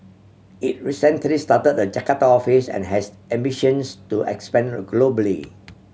it recently started a Jakarta office and has ambitions to expand globally